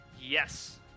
Yes